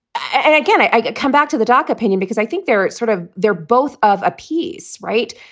and again, i could come back to the doc opinion because i think they're sort of they're both of appeals. right.